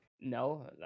No